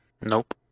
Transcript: Nope